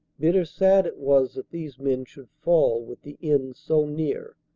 bitter sad it was that these men should fall with the end so near.